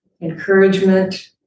encouragement